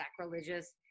sacrilegious